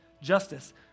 justice